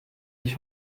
ich